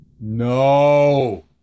No